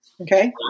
okay